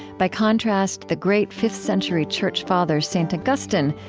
by contrast, the great fifth-century church father, st. augustine,